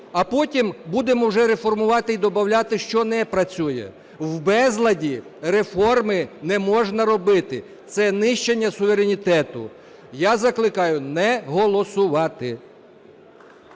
А потім будемо уже реформувати і добавляти, що не працює. В безладі реформи не можна робити – це нищення суверенітету. Я закликаю не голосувати.